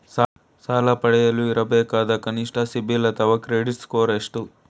ಸಾಲ ಪಡೆಯಲು ಇರಬೇಕಾದ ಕನಿಷ್ಠ ಸಿಬಿಲ್ ಅಥವಾ ಕ್ರೆಡಿಟ್ ಸ್ಕೋರ್ ಎಷ್ಟು?